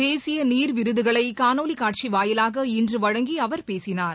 தேசியநீர் விருதுகளைகாணொலிக் காட்சிவாயிலாக இன்றுவழங்கிஅவர் பேசினார்